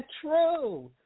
true